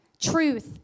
truth